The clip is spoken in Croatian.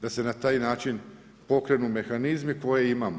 Da se na taj način pokrenu mehanizmi koje imamo.